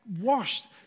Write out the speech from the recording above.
washed